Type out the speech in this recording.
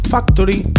Factory